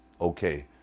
okay